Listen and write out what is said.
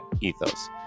Ethos